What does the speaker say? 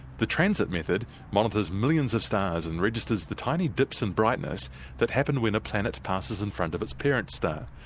the transit method monitors millions of stars and registers the tiny dips in brightness that happen when a planet passes in front of its parent star.